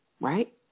right